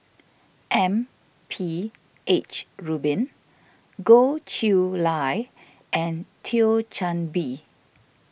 M P H Rubin Goh Chiew Lye and Thio Chan Bee